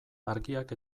argiak